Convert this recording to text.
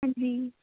ਹਾਂਜੀ